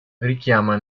richiama